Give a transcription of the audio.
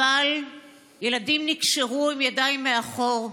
אבל ילדים נקשרו עם ידיים מאחור,